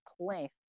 place